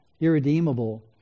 irredeemable